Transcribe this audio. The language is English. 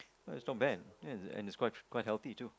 oh that's not bad ya and and it's quite healthy too